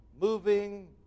moving